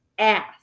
Ass